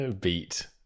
beat